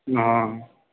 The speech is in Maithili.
हँ